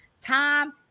time